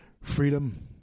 freedom